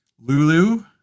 Lulu